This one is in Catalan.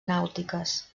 nàutiques